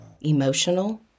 emotional